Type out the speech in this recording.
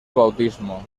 bautismo